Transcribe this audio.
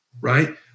Right